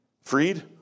Freed